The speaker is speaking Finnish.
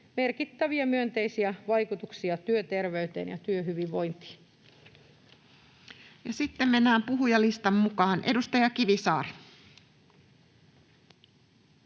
merkittäviä myönteisiä vaikutuksia työterveyteen ja työhyvinvointiin. Ja sitten mennään puhujalistan mukaan. Edustaja Kivisaari.